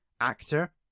actor